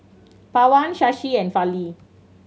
Pawan Shashi and Fali